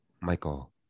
Michael